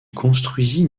construisit